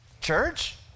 Church